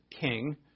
king